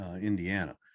Indiana